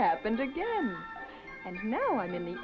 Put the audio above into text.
happened again and now i'm in the